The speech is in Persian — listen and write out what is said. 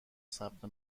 ثبت